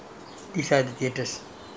three Capitol Odeon